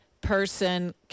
person